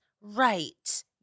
Right